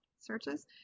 searches